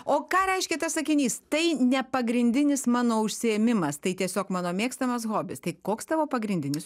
o ką reiškia tas sakinys tai ne pagrindinis mano užsiėmimas tai tiesiog mano mėgstamas hobis tai koks tavo pagrindinis